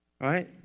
right